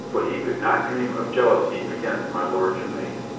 but he could not dream of jealousy against my lord jermyn.